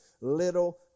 little